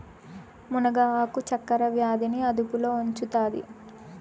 మునగ ఆకు చక్కర వ్యాధి ని అదుపులో ఉంచుతాది